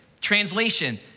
Translation